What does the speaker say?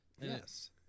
Yes